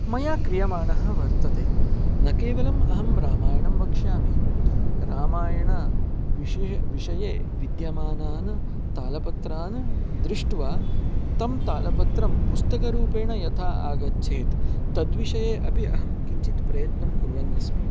मया क्रियमाणः वर्तते न केवलम् अहं रामायणं वक्ष्यामि रामायणस्य विषये विषये विद्यमानान् तालपत्रान् दृष्ट्वा तं तालपत्रं पुस्तकरूपेण यथा आगच्छेत् तद्विषये अपि अहं किञ्चित् प्रयत्नं कुर्वन्नस्मि